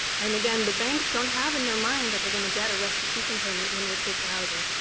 and again, the banks don't have in their mind that they're going to get a restitution payment when they take the houses.